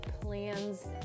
plans